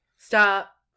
Stop